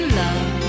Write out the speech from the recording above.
love